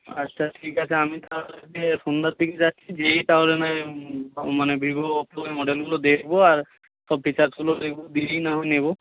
আচ্ছা ঠিক আছে আমি তাহলে সন্ধ্যার দিকে যাচ্ছি গিয়েই তাহলে না হয় মানে ভিভো প্রোয়ের মডেলগুলো দেখব আর সব ফিচার্সগুলো দেখব দিয়েই না হয় নেব